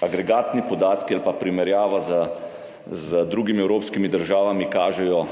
agregatni podatki ali pa primerjava z drugimi evropskimi državami kažejo